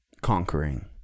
conquering